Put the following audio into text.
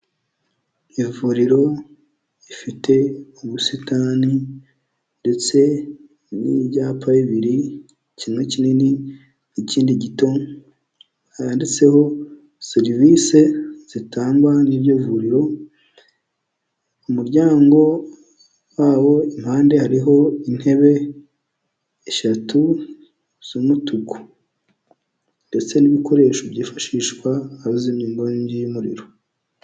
Ivuriro rifite ubusitani ndetse n'ibyapa bibiri kimwe kinini ikindi gito handitseho serivisi zitangwa n'iryo vuriro ,umuryango wawo impande hariho intebe eshatu z'umutuku ndetse n'ibikoresho byifashishwa abazimya inkongi y'umuriro.